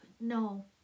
no